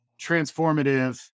transformative